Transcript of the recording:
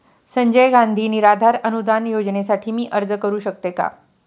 संजय गांधी निराधार अनुदान योजनेसाठी मी अर्ज करू शकते का?